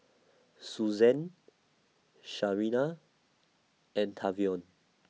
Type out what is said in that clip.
Suzanne Sarina and Tavion